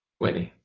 whitney.